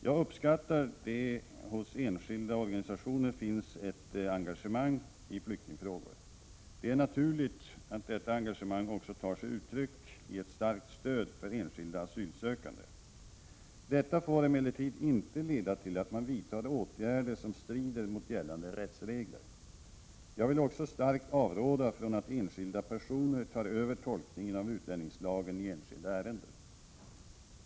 Jag uppskattar att det hos enskilda och organisationer finns ett engagemang i flyktingfrågor. Det är naturligt att detta engagemang också tar sig uttryck i ett starkt stöd för enskilda asylsökande. Detta får emellertid inte leda till att man vidtar åtgärder som strider mot gällande rättsregler. Jag vill också starkt avråda från att enskilda personer tar över tolkningen av utlänningslagen i enskilda ärenden.